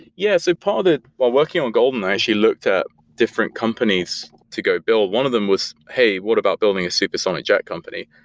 yeah. so part of it, while working on goldman, i actually looked at different companies to go build. one of them was, hey, what about building a supersonic jet company?